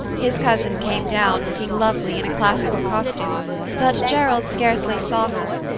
his cousin came down looking lovely in a classical costume but gerald scarcely saw her,